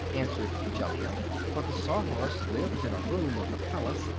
answered jellia for the sawhorse lives in a room of the palace,